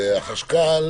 והחשכ"ל